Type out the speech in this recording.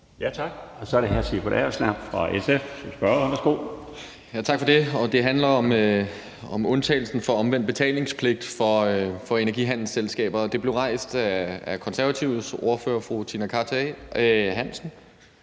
Tak for det. Det handler om undtagelsen for omvendt betalingspligt for energihandelsselskaber, og det blev rejst af De Konservatives ordfører, nemlig om